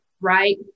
Right